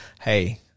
hey